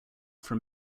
from